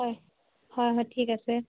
হয় হয় হয় ঠিক আছে